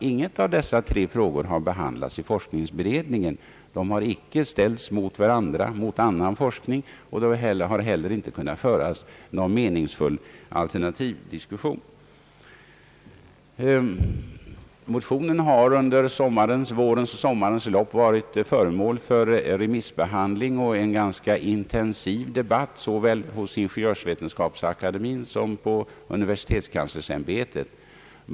Ingen av dessa tre frågor har behandlats i forskningsberedningen, de har inte ställts mot varandra eller mot annan forskning och det har inte heller kunnat föras någon meningsfull alternativdiskussion. Motionerna har under våren och sommaren varit föremål för remissbehandling och för en ganska intensiv debatt såväl hos Ingeniörsvetenskapsakademien som hos universitetskanslersämbetet.